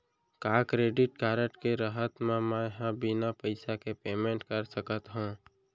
का credit card के रहत म, मैं ह बिना पइसा के पेमेंट कर सकत हो?